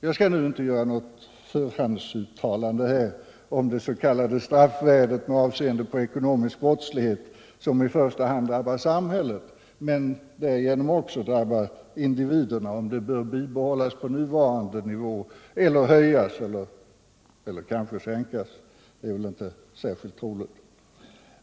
Jag skall här inte göra något förhandsuttalande om huruvida det s.k. straffvärdet när det gäller ekonomisk brottslighet, som i första hand drabbar samhället men därigenom också individerna, bör bibehållas på nuvarande nivå eller höjas — eller kanske sänkas. Det senare är väl inte särskilt troligt.